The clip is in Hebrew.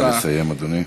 נא לסיים, אדוני.